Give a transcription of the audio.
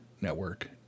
network